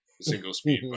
single-speed